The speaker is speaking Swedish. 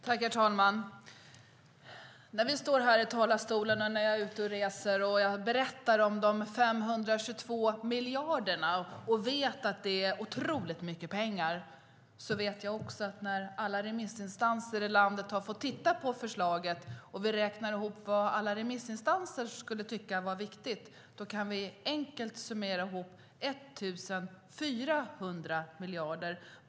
Herr talman! När vi står här i talarstolarna och när jag är ute och reser brukar jag berätta om de 522 miljarderna. Vi vet att det är otroligt mycket pengar. Men jag vet också att när alla remissinstanser i landet har fått titta på förslaget och vi har räknat ihop vad alla remissinstanser tycker är viktigt kan vi enkelt summera ihop 1 400 miljarder.